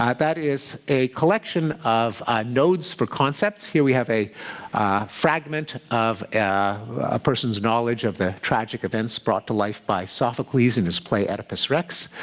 that is, a collection of nodes for concepts. here we have a fragment of a person's knowledge of the tragic events brought to life by sophocles in his play oedipus rex.